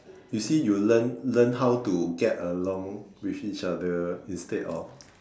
you see you learn learn how to get along with each other instead of